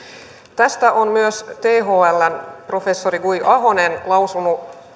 tästä on myös thln professori guy ahonen lausunut